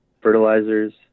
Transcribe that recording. fertilizers